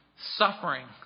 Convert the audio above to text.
Suffering